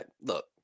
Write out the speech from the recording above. look